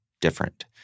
different